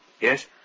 Yes